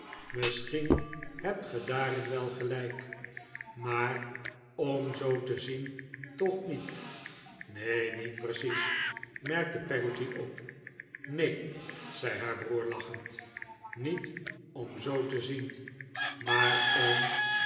misschien hebt ge daarin wel gelijk maar om zoo te zien toch niet neen niet precies merkte peggotty op neen zei haar broer lachend met om zoo te zien maar om